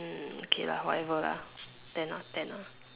hmm okay lah whatever lah ten ah ten ah